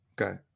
Okay